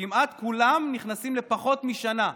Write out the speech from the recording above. כמעט כולם נכנסים לפחות משנה.